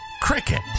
cricket